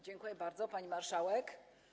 Dziękuję bardzo, pani marszałek.